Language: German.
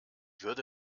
würde